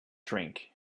drink